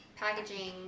packaging